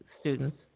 students